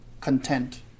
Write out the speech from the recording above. content